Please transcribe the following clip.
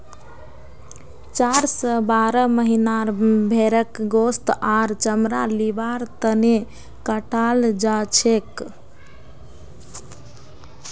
चार स बारह महीनार भेंड़क गोस्त आर चमड़ा लिबार तने कटाल जाछेक